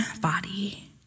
body